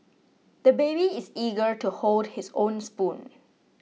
the baby is eager to hold his own spoon